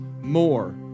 more